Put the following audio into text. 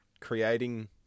Creating